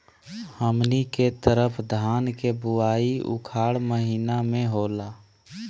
हमनी के तरफ धान के बुवाई उखाड़ महीना में होला